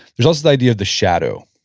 there's also the idea of the shadow.